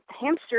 hamster